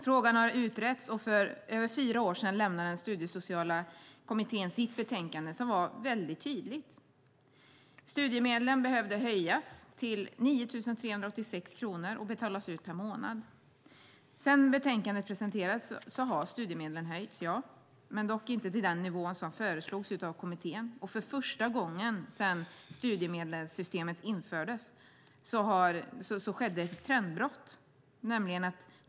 Frågan har utretts, och för över fyra år sedan lämnade den studiesociala kommittén sitt betänkande som var mycket tydligt: Studiemedlen behövde höjas till 9 386 kronor och betalas ut per månad. Sedan betänkandet presenterades har studiemedlen höjts, dock inte till den nivå som föreslogs av kommittén. För första gången sedan studiemedelssystemet infördes skedde ett trendbrott.